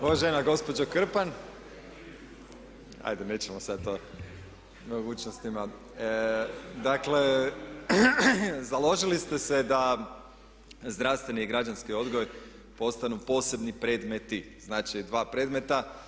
Uvažena gospođo Krpan, ajde nećemo sad o mogućnostima, dakle založili ste se da zdravstveni i građanski odgoj postanu posebni predmeti znači dva predmeta.